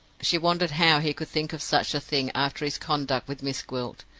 she wondered how he could think of such a thing after his conduct with miss gwilt,